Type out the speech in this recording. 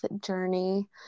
journey